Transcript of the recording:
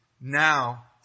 now